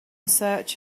search